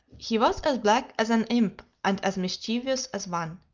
he was as black as an imp and as mischievous as one.